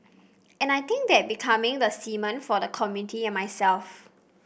and I think that becoming the cement for the community and myself